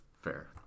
Fair